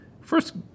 First